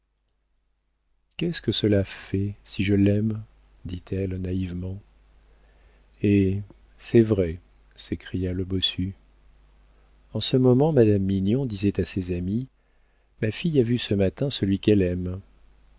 qu'est-ce que cela fait si je l'aime dit-elle naïvement eh c'est vrai s'écria le bossu en ce moment madame mignon disait à ses amis ma fille a vu ce matin celui qu'elle aime